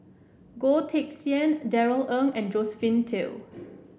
Goh Teck Sian Darrell Ang and Josephine Teo